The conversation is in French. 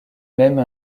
même